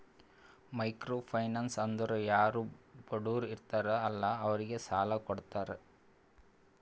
micro finance ಅಂದುರ್ ಯಾರು ಬಡುರ್ ಇರ್ತಾರ ಅಲ್ಲಾ ಅವ್ರಿಗ ಸಾಲ ಕೊಡ್ತಾರ್